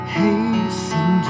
hasten